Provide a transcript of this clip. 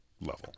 level